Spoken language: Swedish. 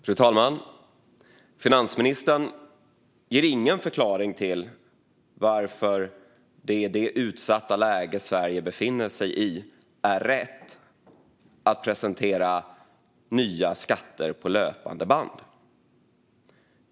Fru talman! Finansministern ger ingen förklaring till varför det i det utsatta läge Sverige befinner sig i är rätt att presentera nya skatter på löpande band.